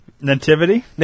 Nativity